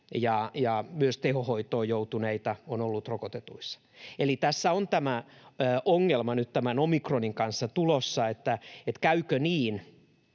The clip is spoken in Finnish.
ja tehohoitoon joutuneita on ollut rokotetuissa. Eli tässä on tämä ongelma nyt omikronin kanssa tulossa, käykö niin,